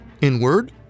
inward